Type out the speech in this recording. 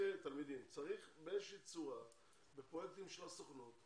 צריך באיזה שהיא צורה בפרויקטים של הסוכנות,